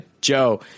Joe